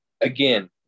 again